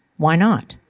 why not?